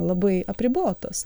labai apribotos